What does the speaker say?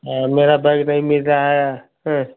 और मेरा बैग नहीं मिल रहा है